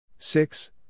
Six